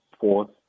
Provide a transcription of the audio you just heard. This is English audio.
fourth